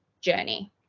journey